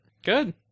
Good